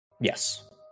Yes